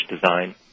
design